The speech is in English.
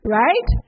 right